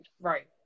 Right